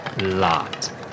lot